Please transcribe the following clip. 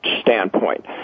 standpoint